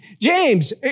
James